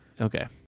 Okay